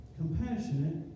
compassionate